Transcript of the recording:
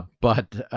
but ah,